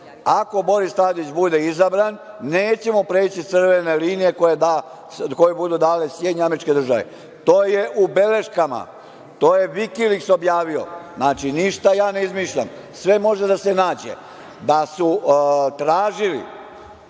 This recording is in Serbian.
ako Boris Tadić bude izabran nećemo preći crvene linije koje budu dale SAD. To je u beleškama, to je Vikiliks objavio. Znači, ništa ja ne izmišljam. Sve može da se nađe. Da su tražili